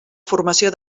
formació